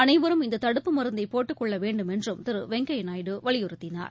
அனைவரும் இந்த தடுப்பு மருந்தை போட்டுக் கொள்ள வேண்டும் என்றும் திரு வெங்கய்யா நாயுடு வலியுறுத்தினார்